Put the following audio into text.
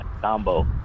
combo